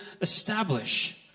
establish